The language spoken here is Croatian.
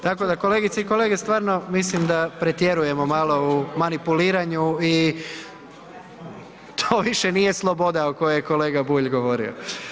Tako da kolegice i kolege stvarno mislim da pretjerujemo malo u manipuliranju i to više nije sloboda o kojoj je kolega Bulj govorio.